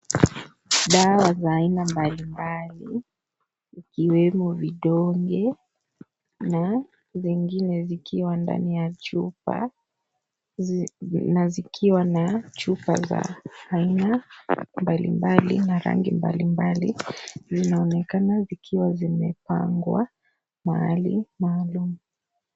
Dawa za aina mbalimbali. Zikiweno vidonge na zinginine zikiwa ndani ya chupa, na zikiwa na chupa za aina mbalimbali na rangi mbalimbali. Zinaonekana zikiwa zimepangwa mahali maalum.